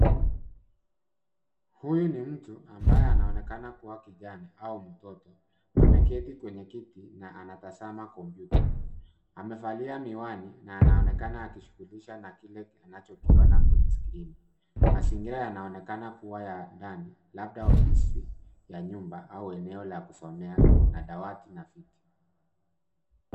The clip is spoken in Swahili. Huyu ni mtu ambaye anaonekana kuwa kijana au mtoto ameketi kwenye kiti na anatazama kompyuta. Amevalia miwani na anaonekana akijishugulisha na kile anachokiona kwenye skrini. Mazingira yanaonekana kuwa ya ndani labda ofisi ya nyumba au eneo la kusomea na dawati na viti.